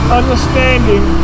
understanding